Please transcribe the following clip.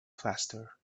faster